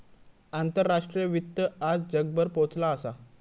आंतराष्ट्रीय वित्त आज जगभर पोचला असा